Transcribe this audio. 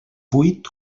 vuit